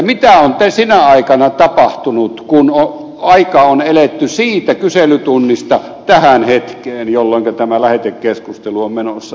mitä on sinä aikana tapahtunut kun aikaa on eletty siitä kyselytunnista tähän hetkeen jolloinka tämä lähetekeskustelu on menossa